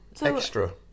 extra